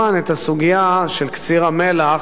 הסוגיה של קציר המלח,